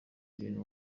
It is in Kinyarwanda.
ibintu